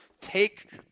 take